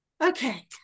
okay